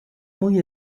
muy